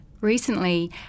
Recently